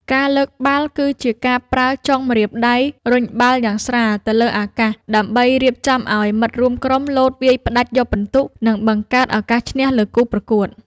ការលើកបាល់គឺជាការប្រើចុងម្រាមដៃរុញបាល់យ៉ាងស្រាលទៅលើអាកាសដើម្បីរៀបចំឱ្យមិត្តរួមក្រុមលោតវាយផ្ដាច់យកពិន្ទុ និង បង្កើតឱកាសឈ្នះលើគូប្រកួត។